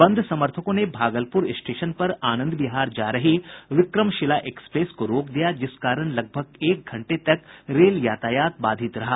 बंद समर्थकों ने भागलपूर स्टेशन पर आनंद विहार जा रही विक्रमशिला एक्सप्रेस को रोक दिया जिस कारण लगभग एक घंटे तक रेल यातायात बाधित रहा